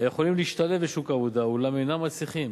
היכולים להשתלב בשוק העבודה אולם אינם מצליחים.